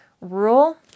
rule